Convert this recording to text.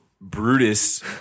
Brutus